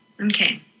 Okay